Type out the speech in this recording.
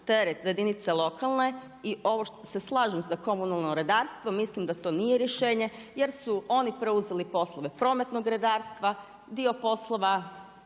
teret za jedinice lokalne i ovo se slažem za komunalno redarstvo, mislim da to nije rješenje jer su oni preuzeli poslove prometnog redarstva, dio poslova